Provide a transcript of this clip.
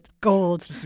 gold